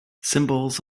symbols